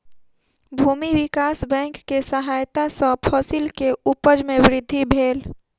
भूमि विकास बैंक के सहायता सॅ फसिल के उपज में वृद्धि भेल